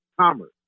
commerce